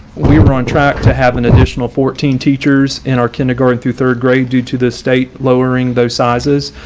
we are on track to have an additional fourteen teachers in our kindergarten through third grade due to the state lowering those sizes.